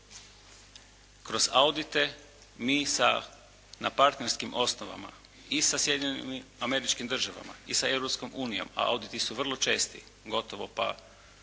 Kroz audite mi na partnerskim osnovama i sa Sjedinjenim Američkim Državama i sa Europskom unijom, a auditi su vrlo česti gotovo pa